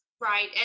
Right